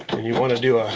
and you wanna do a,